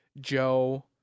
Joe